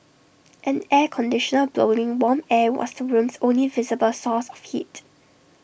an air conditioner blowing warm air was the room's only visible source of heat